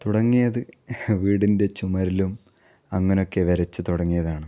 തുടങ്ങിയത് വീടിൻ്റെ ചുമരിലും അങ്ങനെയൊക്കെ വരച്ച് തുടങ്ങിയതാണ്